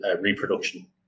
reproduction